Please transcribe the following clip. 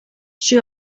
she